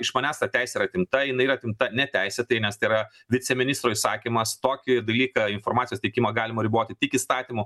iš manęs ta teisė yra atimta jinai yra atimta neteisėtai nes tai yra viceministro įsakymas tokį dalyką informacijos teikimą galima riboti tik įstatymu